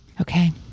Okay